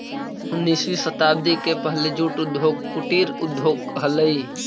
उन्नीसवीं शताब्दी के पहले जूट उद्योग कुटीर उद्योग हलइ